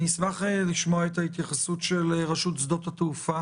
אשמח לשמוע את ההתייחסות של רשות שדות התעופה